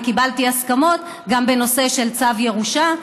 וקיבלתי הסכמות גם בנושא של צו ירושה,